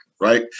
right